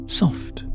soft